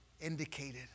indicated